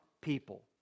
people